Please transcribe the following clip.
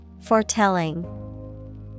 Foretelling